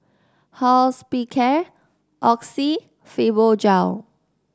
Hospicare Oxy Fibogel